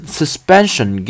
suspension